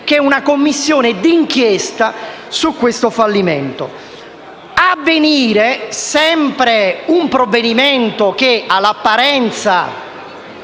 una Commissione d'inchiesta su questo fallimento. Vi è inoltre un provvedimento che all'apparenza